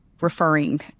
referring